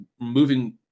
moving